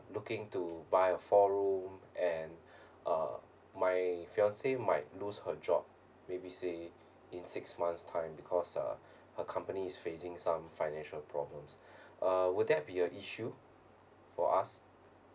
looking to buy a four room and uh my fiance might lose her job maybe say in six months time because uh her company is facing some financial problems uh would there be a issue for us